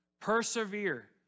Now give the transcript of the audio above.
Persevere